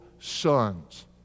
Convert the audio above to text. sons